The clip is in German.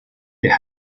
der